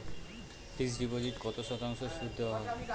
Fixed ডিপোজিটে কত শতাংশ সুদ দেওয়া হয়?